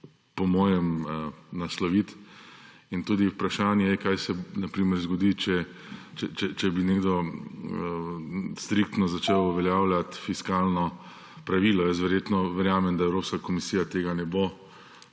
po mojem nasloviti. In tudi vprašanje je, kaj se na primer zgodi, če bi nekdo striktnozačel uveljavljati fiskalno pravilo. Jaz verjetno verjamem, da Evropska komisija tega ne bo